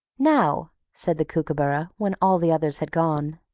now, said the kookooburra, when all the others had gone,